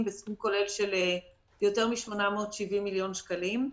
בסכום כולל של יותר מ-870 מיליון שקלים.